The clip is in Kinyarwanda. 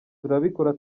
turabikora